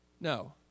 No